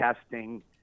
testing